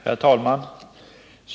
Herr talman!